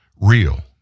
real